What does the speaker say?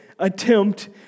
attempt